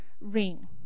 ring